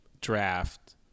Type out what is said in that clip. draft